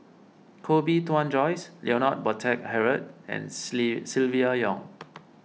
Koh Bee Tuan Joyce Leonard Montague Harrod and Silvia Yong